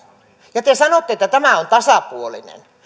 ja te sanotte että tämä on tasapuolinen tämä